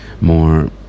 More